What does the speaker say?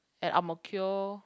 at Ang-Mo-Kio